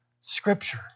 Scripture